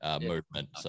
movement